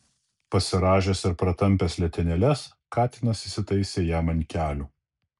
pasirąžęs ir pratampęs letenėles katinas įsitaisė jam ant kelių